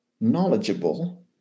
knowledgeable